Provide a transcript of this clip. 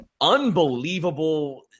unbelievable